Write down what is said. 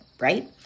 right